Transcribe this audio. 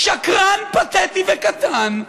שקרן פתטי וקטן,